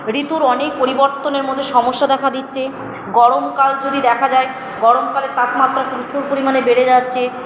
ঋতুর অনেক পরিবর্তনের মধ্যে সমস্যা দেখা দিচ্ছে গরমকাল যদি দেখা যায় গরমকালে তাপমাত্রা প্রচুর পরিমাণে বেড়ে যাচ্ছে